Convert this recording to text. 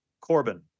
Corbin